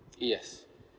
yes